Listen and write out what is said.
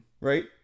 right